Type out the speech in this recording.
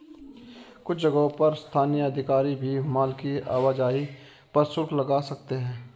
कुछ जगहों पर स्थानीय अधिकारी भी माल की आवाजाही पर शुल्क लगा सकते हैं